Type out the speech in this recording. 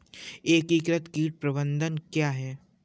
एकीकृत कीट प्रबंधन क्या है?